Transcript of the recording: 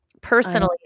personally